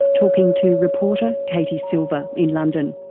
talking to reporter katie silver in london.